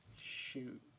Shoot